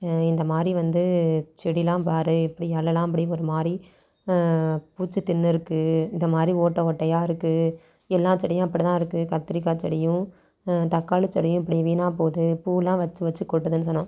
இந்தமாதிரி வந்து செடியெலாம் பார் எப்படி இலலாம் அப்படி ஒருமாதிரி பூச்சி திண்ணுருக்குது இதைமாரி ஓட்டை ஓட்டையா இருக்குது எல்லா செடியும் அப்படிதான் இருக்குது கத்திரிக்காய் செடியும் தக்காளி செடியும் இப்படி வீணா போது பூவெலாம் வச்சு வச்சு கொட்டுதுனு சொன்னோம்